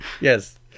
Yes